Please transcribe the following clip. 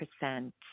percent